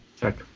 Check